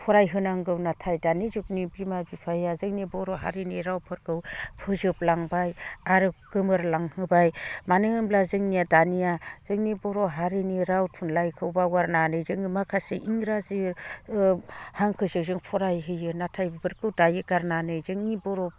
फरायहोनांगौ नाथाय दानि जुगनि बिमा बिफाया जोंनि बर' हारिनि रावफोरखौ फोजोबलांबाय आरो गोमोरलांबाय मानो होनब्ला जोंनिया दानिया जोंनि बर' हारिनि राव थुनलाइखौ बावगारनानै जोङो माखासे इंराजि हांखोसो जों फरायहोयो नाथाय बेफोरखौ दायो गारनानै जोंनि बर'